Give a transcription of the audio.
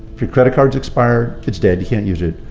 if your credit cards expire, it's dead. you can't use it.